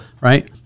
right